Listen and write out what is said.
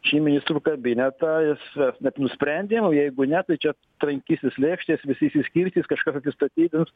šį ministrų kabinetą jis taip nusprendėm o jūs jeigu ne tai čia trankysis lėkštės visi išsiskirstys kažkas atsistatydins